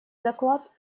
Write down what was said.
доклад